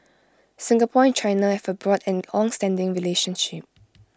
Singapore and China have A broad and longstanding relationship